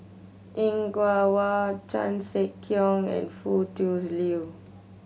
Er Kwong Wah Chan Sek Keong and Foo Tui Liew